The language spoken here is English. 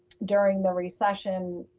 during the recession,